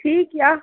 ठीक यऽ